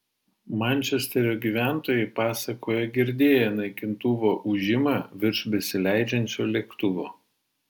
mančesterio gyventojai pasakoja girdėję naikintuvo ūžimą virš besileidžiančio lėktuvo